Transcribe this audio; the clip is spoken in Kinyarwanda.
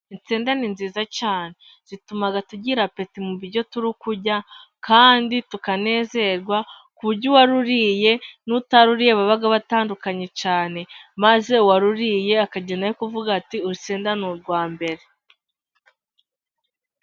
Insenda ni nziza cyane zituma tugira apeti mu byo turi kurya, kandi tukanezerwa ku buryo uwaruriye n' utaruriye baba batandukanye cyane, maze uwaruriye akagenda ari kuvuga ati: urusenda nirwa mbere.